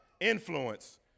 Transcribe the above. Influence